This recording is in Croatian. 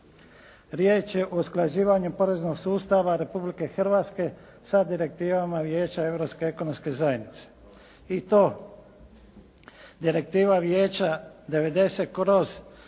Riječ je o usklađivanju poreznog sustava Republike Hrvatske sa direktivama Vijeća Europske ekonomske zajednice i to Direktiva Vijeća 90/434